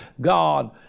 God